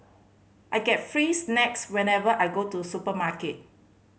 I get free snacks whenever I go to supermarket